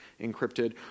encrypted